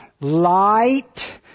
light